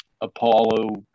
Apollo